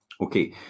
Okay